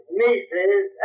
nieces